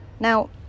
Now